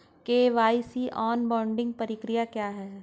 KYC onboarding प्रक्रिया क्या है?